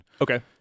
Okay